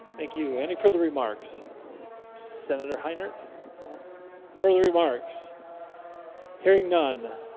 thank you any further remarks senator heinrich no further remarks hearing none